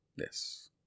Yes